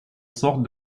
sorte